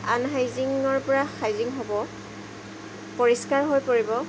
আনহাইজিনৰ পৰা হাইজিন হ'ব পৰিষ্কাৰ হৈ পৰিব